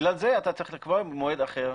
בגלל זה אתה צריך לקבוע מועד אחר.